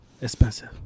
expensive